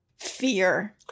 Fear